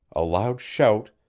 a loud shout,